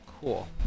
cool